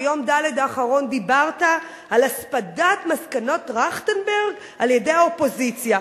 ביום ד' האחרון דיברת על הספדת מסקנות טרכטנברג על-ידי האופוזיציה.